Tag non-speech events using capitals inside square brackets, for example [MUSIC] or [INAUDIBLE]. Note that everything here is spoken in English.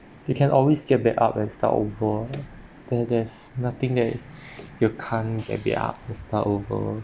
you can always get back up and start over there there's nothing that [BREATH] you can't get back up and start over